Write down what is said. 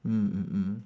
mm mm mm